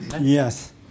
Yes